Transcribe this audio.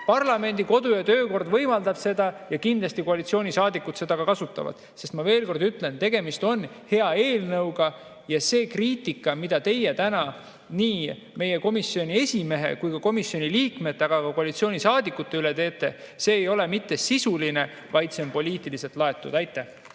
Parlamendi kodu‑ ja töökord võimaldab seda ja kindlasti koalitsioonisaadikud seda ka kasutavad. Veel kord ütlen: tegemist on hea eelnõuga ja see kriitika, mida teie täna nii meie komisjoni esimehe, komisjoni liikmete kui ka koalitsioonisaadikute üle teete, ei ole mitte sisuline, vaid see on poliitiliselt laetud. Aitäh!